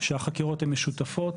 שהחקירות הן משופות.